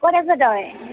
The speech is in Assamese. ক'ত আছে তাই